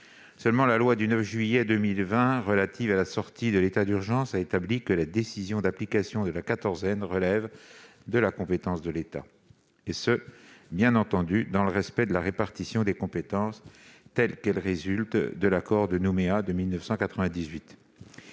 de l'AFD. La loi du 9 juillet 2020 relative à la sortie de l'état d'urgence a établi que la décision d'application de la quatorzaine relève de la compétence de l'État, et ce dans le respect de la répartition des compétences, telle qu'elle résulte de l'accord de Nouméa de 1998.